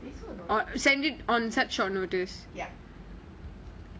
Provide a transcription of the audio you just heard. ya